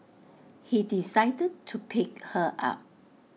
he decided to pick her up